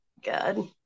Good